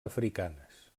africanes